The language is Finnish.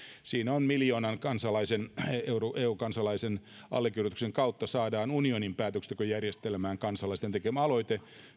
jossa saadaan miljoonan eu kansalaisen allekirjoituksen kautta unionin päätöksentekojärjestelmään kansalaisten tekemä aloite